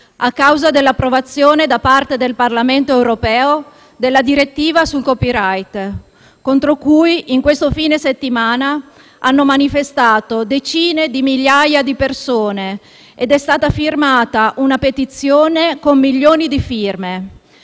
a causa dell'approvazione da parte del Parlamento europeo della direttiva sul *copyright*, contro cui in questo fine settimana hanno manifestato decine di migliaia di persone ed è stata firmata una petizione con milioni di firme.